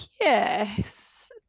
yes